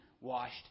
washed